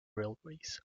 railways